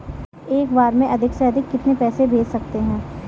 एक बार में अधिक से अधिक कितने पैसे भेज सकते हैं?